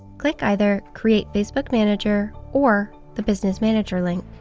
click either create facebook manager, or the business manager link.